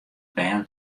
bern